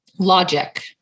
logic